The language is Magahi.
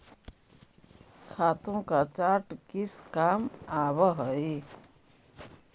खातों का चार्ट किस काम आवअ हई